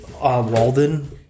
Walden